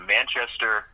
Manchester